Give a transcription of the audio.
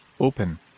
open